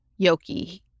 Yoki